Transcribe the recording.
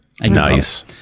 Nice